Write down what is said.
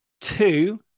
two